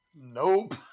Nope